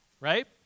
right